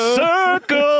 circle